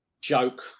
joke